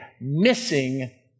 missing